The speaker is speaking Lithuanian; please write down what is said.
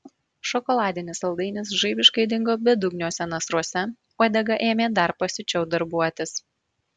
šokoladinis saldainis žaibiškai dingo bedugniuose nasruose uodega ėmė dar pasiučiau darbuotis